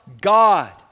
God